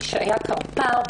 שהיה קרפ"ר ב-2004,